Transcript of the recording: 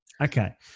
Okay